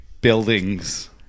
buildings